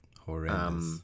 horrendous